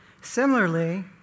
Similarly